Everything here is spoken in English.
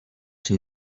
two